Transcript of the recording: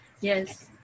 Yes